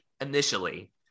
initially